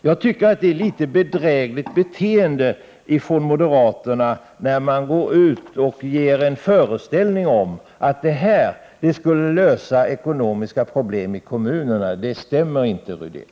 Jag tycker nästan det är bedrägligt beteende när moderaterna går ut och ger en föreställning om att det här skulle lösa ekonomiska problem i kommunerna. Det stämmer inte, herr Rydén!